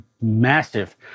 massive